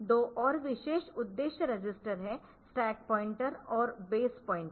दो और विशेष उद्देश्य रजिस्टर है स्टैक पॉइंटर और बेस पॉइंटर